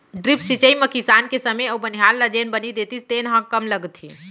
drip सिंचई म किसान के समे अउ बनिहार ल जेन बनी देतिस तेन ह कम लगथे